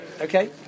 okay